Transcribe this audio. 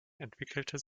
entwickelte